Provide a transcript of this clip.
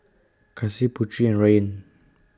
Kasih Putri and Ryan